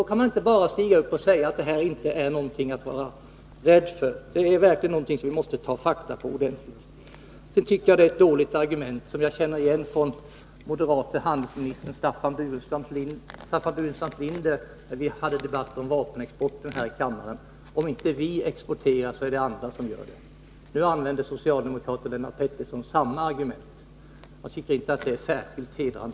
Då kan man inte bara stiga upp här och säga att detta inte är någonting att vara rädd för, utan man måste verkligen ta reda på fakta ordentligt. Argumentet ”om inte vi exporterar så gör andra det” är ett dåligt argument, som jag känner igen och som användes av den moderate handelsministern Staffan Burenstam Linder, när vi här i kammaren hade en debatt om vapenexporten. Nu använder socialdemokraten Lennart Pettersson samma argument. Jag tycker inte att det är särskilt hedrande.